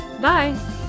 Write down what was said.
Bye